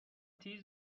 تیز